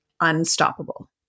unstoppable